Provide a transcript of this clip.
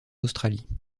australie